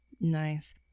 Nice